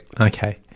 Okay